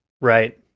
Right